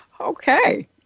Okay